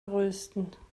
größten